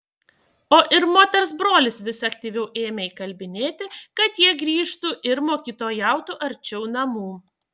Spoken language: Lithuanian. o ir moters brolis vis aktyviau ėmė įkalbinėti kad jie grįžtų ir mokytojautų arčiau namų